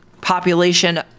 population